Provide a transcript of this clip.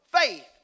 Faith